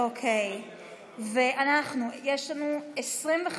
1 12 נתקבלו.